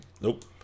Nope